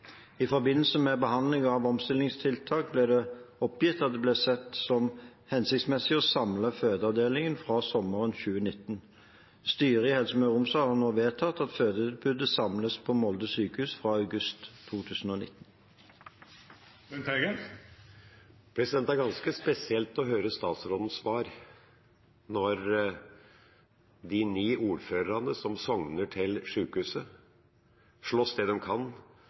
I forbindelse med behandlingen av omstillingstiltak ble det oppgitt at det ble sett som hensiktsmessig å samle fødeavdelingene fra sommeren 2019. Styret i Helse Møre og Romsdal har nå vedtatt at fødetilbudet samles på Molde sykehus fra august 2019. Det er ganske spesielt å høre statsrådens svar når de ni ordførerne som sogner til sykehuset, slåss det de kan